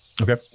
Okay